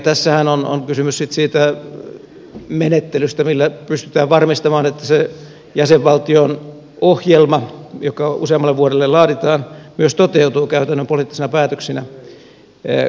tässähän on kysymys sitten siitä menettelystä millä pystytään varmistamaan että se jäsenvaltion ohjelma joka useammalle vuodelle laaditaan myös toteutuu käytännön poliittisina päätöksinä parlamentissa